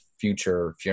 future